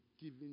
giving